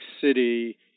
City